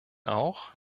auch